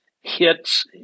hits